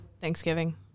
Thanksgiving